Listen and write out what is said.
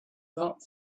that